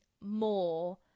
more